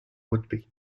whitby